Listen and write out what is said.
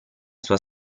sua